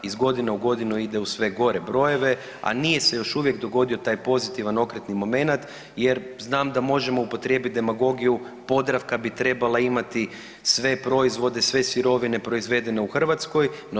Iz godine u godine ide u sve gore brojeve, a nije se još uvijek dogodio taj pozitivan okretni momenat jer znam da možemo upotrijebiti demagogiju Podravka bi trebala imati sve proizvode, sve sirovine proizvedene u Hrvatskoj.